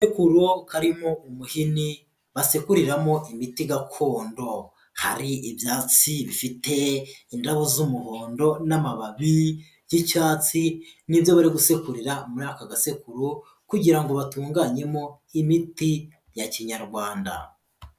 Agasekuro karimo umuhini basekuriramo imiti gakondo. Hari ibyatsi bifite indabo z'umuhondo n'amababi by'icyatsi ni byo bari gusekurira muri aka gasekuru, kugira ngo batunganyemo imiti ya kinyarwanda.